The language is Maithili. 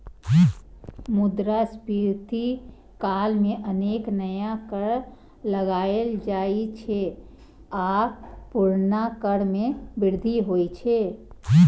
मुद्रास्फीति काल मे अनेक नया कर लगाएल जाइ छै आ पुरना कर मे वृद्धि होइ छै